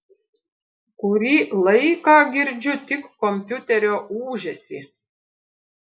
kurį laiką girdžiu tik kompiuterio ūžesį